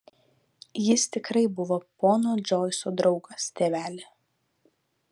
jis tikrai buvo pono džoiso draugas tėveli